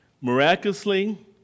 Miraculously